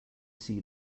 see